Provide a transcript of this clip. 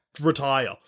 retire